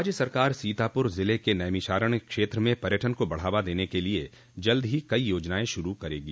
राज्य सरकार सीतापुर ज़िले के नैमिषारण्य क्षेत्र में पर्यटन को बढ़ावा देने के लिए जल्द ही कई योजनाएं शुरू करेगी